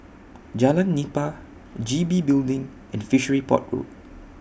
Jalan Nipah G B Building and Fishery Port Road